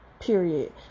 Period